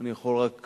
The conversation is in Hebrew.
אני יכול רק